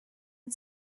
had